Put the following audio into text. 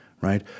right